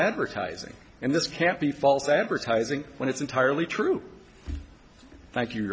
advertising and this can't be false advertising when it's entirely true thank you